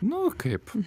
nu kaip